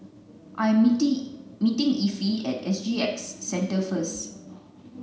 I'm meet meeting Effie at S G X Centre first